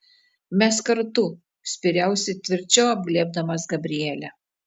mes kartu spyriausi tvirčiau apglėbdamas gabrielę